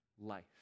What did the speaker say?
life